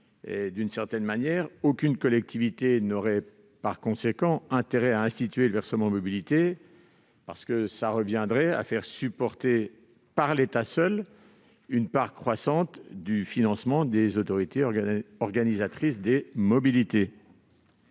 D'une certaine manière, aucune collectivité n'aurait intérêt à instituer le versement mobilité, ce qui reviendrait à faire supporter par l'État seul une part croissante du financement des autorités organisatrices des mobilités.